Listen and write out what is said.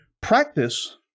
practice